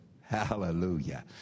Hallelujah